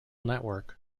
network